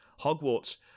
Hogwarts